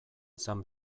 izan